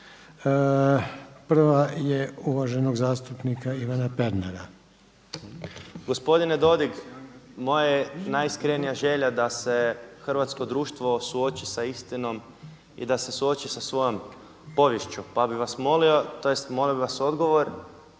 Prva je uvaženog zastupnika Ivana Pernara. **Pernar, Ivan (Živi zid)** Gospodine Dodig, moja je najiskrenija želja da se hrvatsko društvo suoči sa istinom i da se suoči sa svojom poviješću. Pa bih vas molio, tj. molim vas odgovor